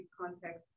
context